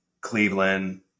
Cleveland